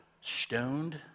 stoned